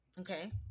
Okay